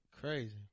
crazy